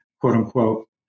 quote-unquote